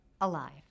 alive